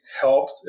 helped